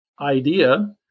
idea